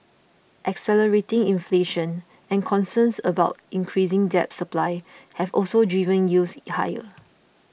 accelerating inflation and concerns about increasing debt supply have also driven yields higher